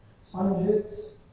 sponges